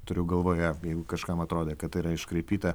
turiu galvoje jeigu kažkam atrodė kad tai yra iškraipyta